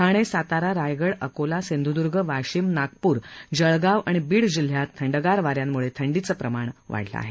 ठाणे सातारा रायगड अकोला सिंधुदुर्ग वाशिम नागपूर जळगाव बीड जिल्ह्यात थंडगार वा यामुळे थंडीचं प्रमाण वाढलं आहे